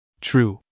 True